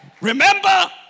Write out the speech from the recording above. Remember